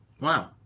Wow